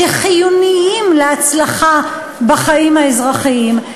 שחיוניים להצלחה בחיים האזרחיים.